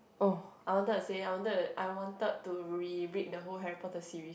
oh I wanted to say I wanted I wanted to reread the whole Harry Potter series